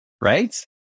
Right